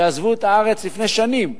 שעזבו את הארץ לפני שנים.